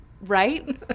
Right